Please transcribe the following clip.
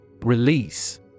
Release